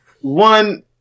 One